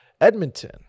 Edmonton